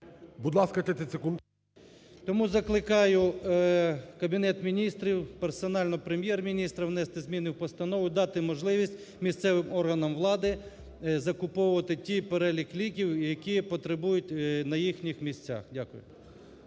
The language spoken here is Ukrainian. Тому закликаю Кабінет Міністрів, персонально Прем'єр-міністра внести зміни в постанову, дати можливість місцевим органам влади закуповувати той перелік ліків, який потребують на їхніх місцях. Дякую.